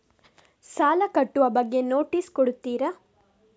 ಸಾಲ ಕಟ್ಟುವ ಬಗ್ಗೆ ನೋಟಿಸ್ ಕೊಡುತ್ತೀರ?